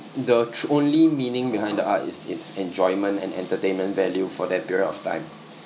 the tr~ only meaning behind the art is its enjoyment and entertainment value for that period of time